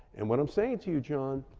and what i'm saying to you, jon,